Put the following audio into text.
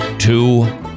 Two